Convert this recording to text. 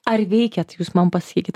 ar veikia tai jūs man pasakykit